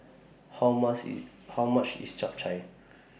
How much IS How much IS Chap Chai